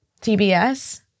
TBS